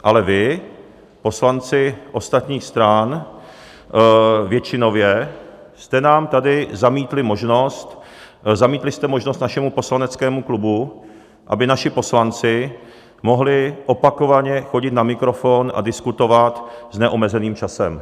Ale vy, poslanci ostatních stran většinově, jste nám tady zamítli možnost, zamítli jste možnost našemu poslaneckému klubu, aby naši poslanci mohli opakovaně chodit na mikrofon a diskutovat s neomezeným časem.